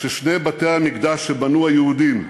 ששני בתי-המקדש שבנו היהודים,